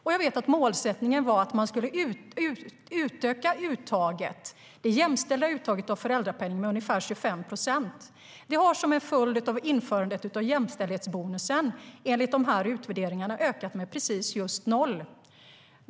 Och jag vet att målsättningen var att man skulle utöka det jämställda uttaget av föräldrapenningen med ungefär 25 procent. Som en följd av införandet av jämställdhetsbonusen har det jämställda uttaget, enligt utvärderingarna, ökat med just noll.